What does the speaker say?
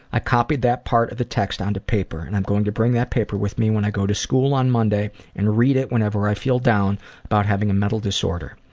i copied that part of the text onto paper. and i'm going to bring that paper with me when i go to school on monday and read it whenever i feel down about having a mental disorder.